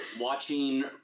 Watching